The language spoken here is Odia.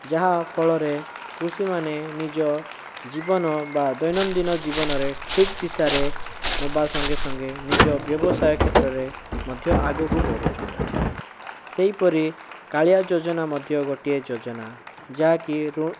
ଯାହା ଫଳରେ କୃଷିମାନେ ନିଜ ଜୀବନ ବା ଦୈନନ୍ଦିନ ଜୀବନରେ ଠିକ୍ ଦିଶାରେ ନେବା ସଙ୍ଗେ ସଙ୍ଗେ ନିଜ ବ୍ୟବସାୟ କ୍ଷେତ୍ରରେ ମଧ୍ୟ ଆଗକୁ ବଢ଼ୁଛନ୍ତି ସେହିପରି କାଳିଆ ଯୋଜନା ମଧ୍ୟ ଗୋଟିଏ ଯୋଜନା ଯାହାକି ରୁ